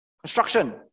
construction